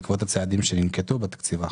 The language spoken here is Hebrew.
בעקבות הצעדים שננקטו בתקציב האחרון.